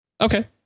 Okay